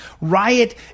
riot